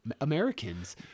Americans